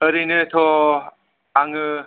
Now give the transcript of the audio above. ओरैनोथ' आङो